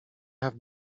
have